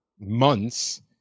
months